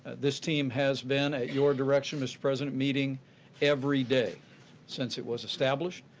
this team has been at your direction, mr. president, meeting every day since it was established.